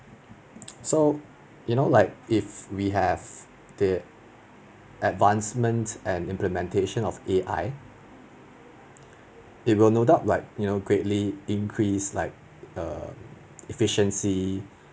so you know like if we have the advancement and implementation of A_I it will no doubt like you know greatly increase like err efficiency